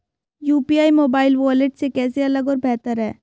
UPI mobile wallet से कैसे अलग और बेहतर है?